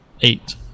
eight